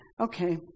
Okay